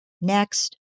Next